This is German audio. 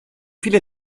viele